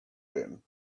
din